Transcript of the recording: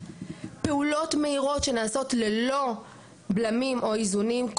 פעולות מהירות שנעשות ללא בלמים או איזונים,